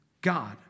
God